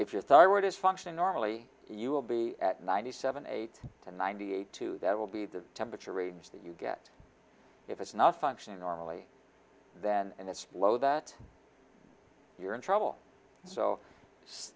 if your thyroid is functioning normally you will be at ninety seven eight to ninety eight two that will be the temperature range that you get if it's not functioning normally then and it's low that you're in trouble so it's